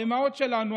האימהות שלנו,